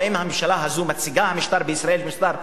או אם הממשלה הזו מציגה את המשטר בישראל כמשטר דמוקרטי,